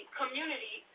community